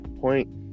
point